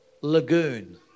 lagoon